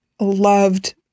loved